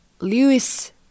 Lewis